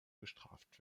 bestraft